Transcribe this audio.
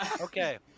Okay